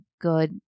good